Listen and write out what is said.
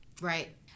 Right